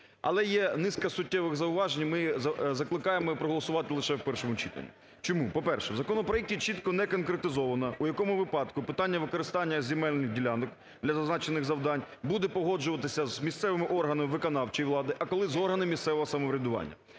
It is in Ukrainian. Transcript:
Але є низка суттєвих зауважень, і ми закликаємо проголосувати лише у першому читанні. Чому? По-перше, у законопроекті чітко не конкретизовано, у якому випадку питання використання земельних ділянок для зазначених завдань буде погоджуватися з місцевими органами виконавчої влади, а коли – з органами місцевого самоврядування.